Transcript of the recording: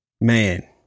Man